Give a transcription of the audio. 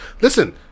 Listen